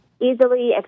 easily